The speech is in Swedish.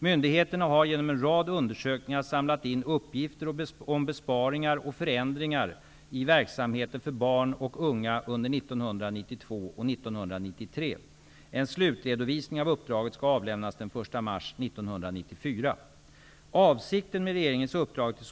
Myndigheterna har genom en rad undersökningar samlat in uppgifter om besparingar och förändringar i verksamheter för barn och unga under 1992 och 1993. En slutredovisning av uppdraget skall avlämnas den 1 mars 1994.